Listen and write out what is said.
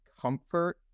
comfort